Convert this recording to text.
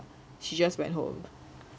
she just went home